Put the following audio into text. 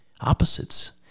opposites